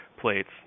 plates